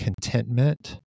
contentment